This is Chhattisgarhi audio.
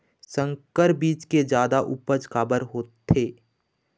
संकर बीज के जादा उपज काबर होथे?